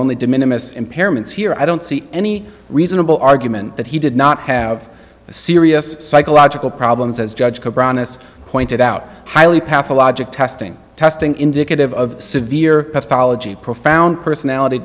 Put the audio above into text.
only de minimus impairments here i don't see any reasonable argument that he did not have serious psychological problems as judge joe brown has pointed out highly pathologic testing testing indicative of severe pathology profound personality